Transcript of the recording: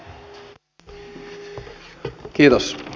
olkaa hyvä